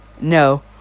No